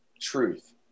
truth